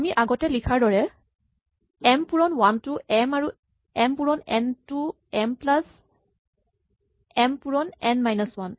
আমি আগতে লিখাৰ দৰেই এম পূৰণ ৱান টো এম আৰু এম পূৰণ N to M plus M পূৰণ এন মাইনাচ ৱান